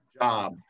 job